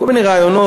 כל מיני רעיונות,